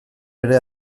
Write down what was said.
ere